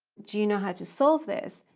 do you know how to solve this?